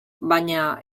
baina